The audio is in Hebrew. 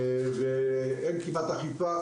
שם אין כמעט אכיפה,